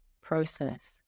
process